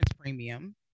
premium